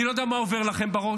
אני לא יודע מה עבר לך בראש.